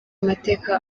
amateka